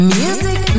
music